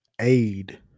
aid